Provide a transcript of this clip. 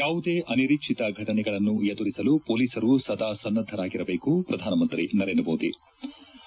ಯಾವುದೇ ಅನಿರೀಕ್ಷಿತ ಫಟನೆಗಳನ್ನು ಎದುರಿಸಲು ಮೊಲೀಸರು ಸದಾ ಸನ್ನದ್ಲರಾಗಿರಬೇಕು ಪ್ರಧಾನಮಂತ್ರಿ ನರೇಂದ್ರಮೋದಿ ಕರೆ